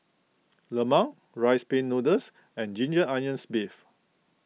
Lemang Rice Pin Noodles and Ginger Onions Beef